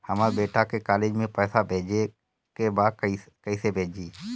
हमर बेटा के कॉलेज में पैसा भेजे के बा कइसे भेजी?